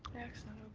excellent.